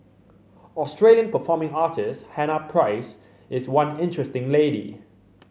Australian performing artist Hannah Price is one interesting lady